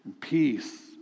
peace